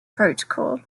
protocol